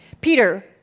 Peter